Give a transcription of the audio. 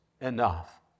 enough